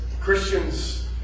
Christians